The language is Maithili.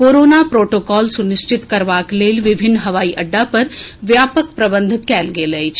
कोरोना प्रोटोकॉल सुनिश्चित करबाक लेल विभिन्न हवाई अड्डा पर व्यापक प्रबंध कएल गेल अछि